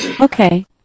Okay